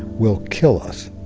will kill us.